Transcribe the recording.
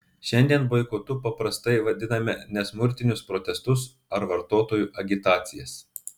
šiandien boikotu paprastai vadiname nesmurtinius protestus ar vartotojų agitacijas